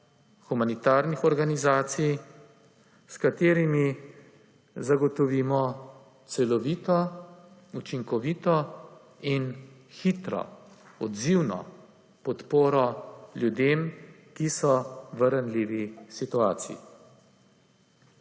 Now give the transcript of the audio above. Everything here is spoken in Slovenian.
humanitarnih organizacij), s katerimi zagotovimo celovito, učinkovito in hitro odzivno podporo ljudem, ki so v ranljivi situaciji.